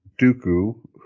Dooku